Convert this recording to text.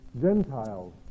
Gentiles